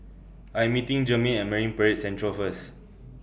I'm meeting Jermaine At Marine Parade Central First